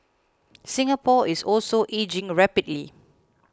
Singapore is also ageing rapidly